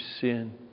sin